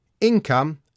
income